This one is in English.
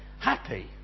Happy